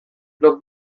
blog